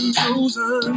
chosen